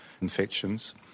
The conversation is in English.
infections